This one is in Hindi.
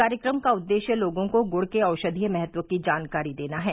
कार्यक्रम का उद्देश्य लोगों को गुड़ के औषधीय महत्व की जानकारी देना है